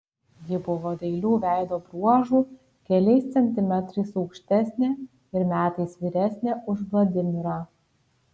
ji buvo dailių veido bruožų keliais centimetrais aukštesnė ir metais vyresnė už vladimirą